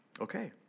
Okay